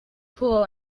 cruel